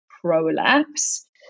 prolapse